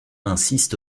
insiste